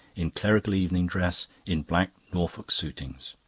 in clerical evening dress, in black norfolk suitings.